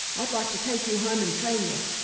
i'd like to take you home and train you.